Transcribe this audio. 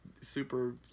super